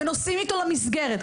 ונוסעים איתו למסגרת.